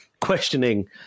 questioning